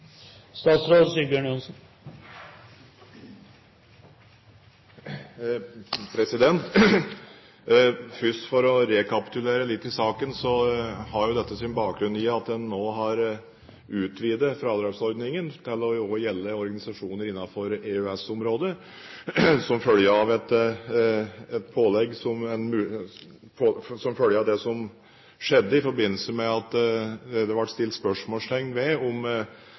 Først for å rekapitulere litt i saken: Dette har jo sin bakgrunn i at en nå har utvidet fradragsordningen til også å gjelde organisasjoner innenfor EØS-området som følge av det som skjedde i forbindelse med at det ble stilt spørsmål ved om den ordningen Norge hadde før, var i tråd med